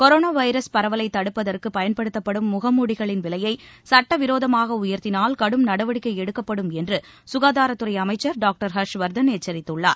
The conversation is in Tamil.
கொரோனா வைரஸ் பரவலை தடுப்பதற்கு பயன்படுத்தப்படும் முகமூடிகளின் விலைய சட்டவிரோதமாக உயர்த்தினால் கடும் நடவடிக்கை எடுக்கப்படும் என்று சுகாதாரத் துறை டாக்டர் ஹா்ஷ்வா்தன் எச்சரித்துள்ளார்